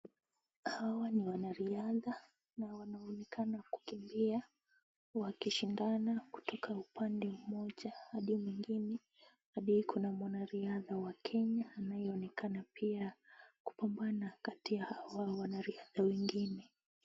Hawa ni wanariadha na wanaonekana kukimbia wakishindana kutoka upande moja hadi nyingine, hadi kuna mwanariadha wa Kenya anaye onekana pia kukumbana kati ya hawa wanariadha wengine.